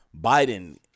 Biden